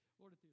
Lord